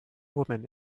woman